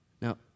Now